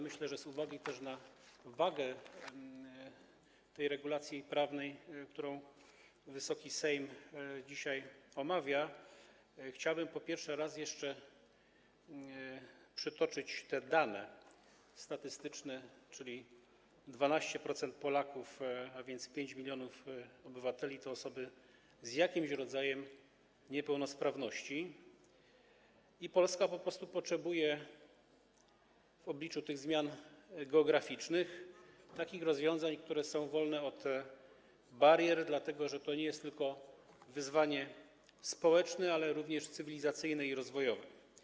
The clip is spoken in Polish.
Myślę, że ze względu na wagę regulacji prawnej, którą Wysoki Sejm dzisiaj omawia, chciałbym, po pierwsze, jeszcze raz przytoczyć te dane statystyczne, 12% Polaków, a więc 5 mln obywateli, to osoby z jakimś rodzajem niepełnosprawności i Polska po prostu potrzebuje w obliczu tych zmian demograficznych takich rozwiązań, by była wolna od barier, dlatego że to jest wyzwanie nie tylko społeczne, ale również cywilizacyjne i rozwojowe.